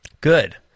Good